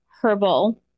herbal